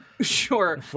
Sure